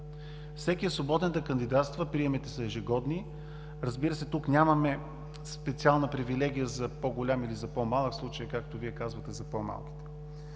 Всеки е свободен да кандидатства, приемите са ежегодни. Разбира се, тук нямаме специална привилегия за по-голям или за по-малък, в случая, както Вие казахте, за по-малките.